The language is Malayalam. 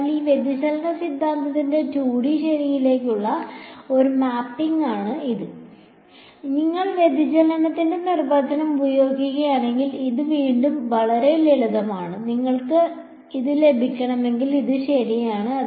അതിനാൽ ഈ വ്യതിചലന സിദ്ധാന്തത്തിന്റെ 2D ശരിയിലേക്കുള്ള ഒരു മാപ്പിംഗ് ആണ് ഇത് ഞങ്ങൾ വ്യതിചലനത്തിന്റെ നിർവചനം ഉപയോഗിക്കുകയാണെങ്കിൽ ഇത് വീണ്ടും വളരെ ലളിതമാണ് നിങ്ങൾക്ക് ഇത് ലഭിക്കണമെങ്കിൽ ഇത് ശരിയാണ്